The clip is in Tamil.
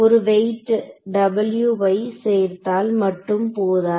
ஒரு வெயிட் W ஐ சேர்த்தால் மட்டும் போதாது